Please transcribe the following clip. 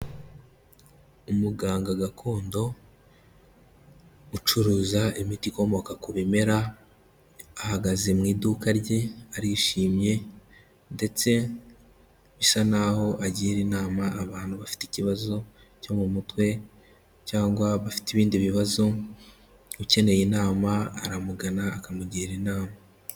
Umuganga gakondo ucuruza imiti ikomoka ku bimera, ahagaze mu iduka rye, arishimye ndetse bisa naho agira inama abantu bafite ikibazo cyo mu mutwe cyangwa bafite ibindi bibazo, ukeneye inama aramugana akamugira inama.